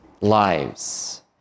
lives